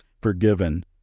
forgiven